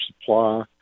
supply